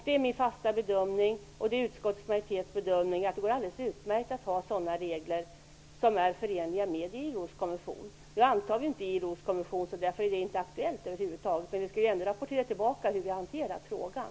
Det är min fasta bedömning, och även utskottets majoritets bedömning, att det går utmärkt att ha sådana regler som är förenliga med ILO:s konvention. Nu antar vi inte ILO:s konvention, så därför är det inte aktuellt över huvud taget, men vi skall ju rapportera tillbaka hur vi hanterar frågan.